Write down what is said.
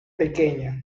pequeña